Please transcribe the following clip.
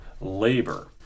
labor